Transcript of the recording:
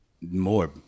more